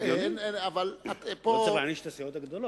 לא צריך להעניש את הסיעות הגדולות.